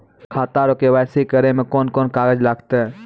खाता रो के.वाइ.सी करै मे कोन कोन कागज लागतै?